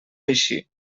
així